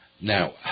Now